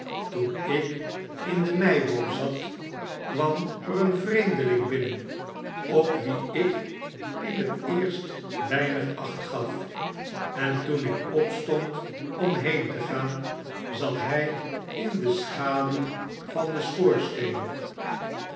toen ik in de meiboom zat kwam er een vreemdeling binnen op wien ik in het eerst weinig acht gaf en toen ik opstond om heen te gaan zat hij in de schaduw van den schoorsteen